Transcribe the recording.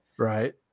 Right